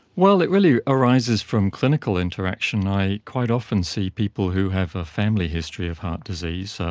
well, it really arises from clinical interaction. i quite often see people who have a family history of heart disease.